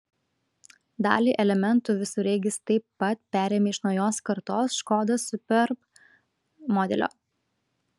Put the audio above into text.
dalį elementų visureigis taip pat perėmė iš naujos kartos škoda superb modelio